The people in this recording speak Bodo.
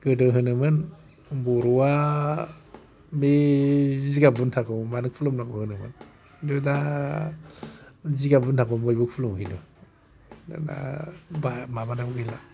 गोदो होनोमोन बर'आ बे जिगाब बुन्थाखौ मानो खुलुमनांगौ होनोमोन खिन्थु दा जिगाब बुन्थाखौ बयबो खुलुमहैयो दा दा बा मा माबानायाव गैला